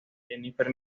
jennifer